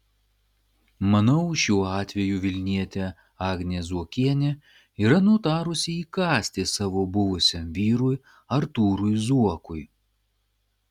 manau šiuo atveju vilnietė agnė zuokienė yra nutarusi įkąsti savo buvusiam vyrui artūrui zuokui